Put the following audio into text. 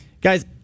Guys